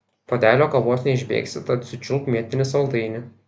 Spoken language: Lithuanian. puodelio kavos neišbėgsi tad sučiulpk mėtinį saldainį